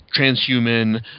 transhuman